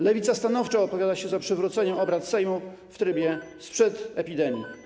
Lewica stanowczo opowiada się za przywróceniem obrad Sejmu w trybie sprzed epidemii.